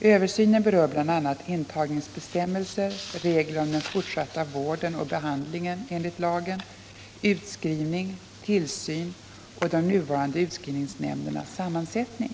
Översynen berör bl.a. intagningsbestämmelser, regler om den fortsatta vården och behandlingen enligt lagen, utskrivning, tillsyn och de nuvarande utskrivningsnämndernas sammansättning.